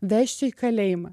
vešiu į kalėjimą